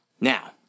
now